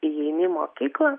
įeini į mokyklą